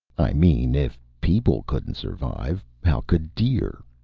i mean if people couldn't survive, how could deer?